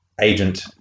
agent